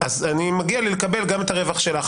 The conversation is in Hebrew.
אז מגיע לי לקבל גם את הרווח שלך.